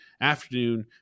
afternoon